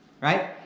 Right